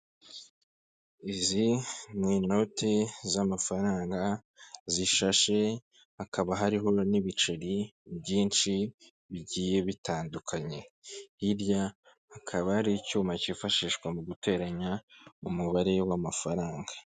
Izi ni inoti z'amafaranga zishashe, hakaba hariho n'ibiceri byinshi bigiye bitandukanye, hirya hakaba hari icyuma cyifashishwa mu guteranya umubare w'amafaranga.